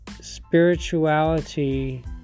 spirituality